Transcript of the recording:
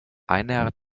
einer